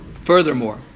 Furthermore